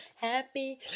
happy